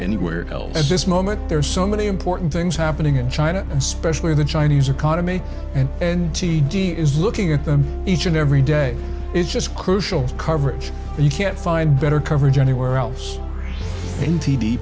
anywhere else at this moment there are so many important things happening in china especially the chinese economy and and t d is looking at them each and every day is just crucial coverage and you can't find better coverage anywhere else in t